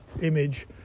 image